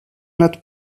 not